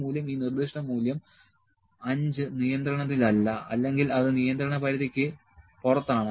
ഈ മൂല്യം ഈ നിർദ്ദിഷ്ട മൂല്യം 5 നിയന്ത്രണത്തിലല്ല അല്ലെങ്കിൽ അത് നിയന്ത്രണ പരിധിക്ക് പുറത്താണ്